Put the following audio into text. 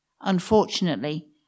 Unfortunately